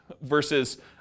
Versus